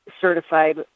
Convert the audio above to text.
certified